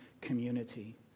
community